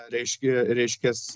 reiškia reiškias